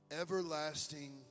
Everlasting